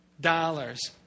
dollars